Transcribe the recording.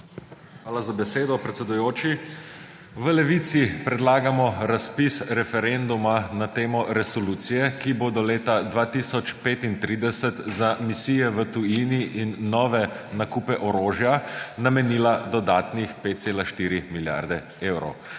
Hvala za besedo, predsedujoči. V Levici predlagamo razpis referenduma na temo resolucije, ki bo do leta 2035 za misije v tujini in nove nakupe orožja namenila dodatnih 5,4 milijarde evrov.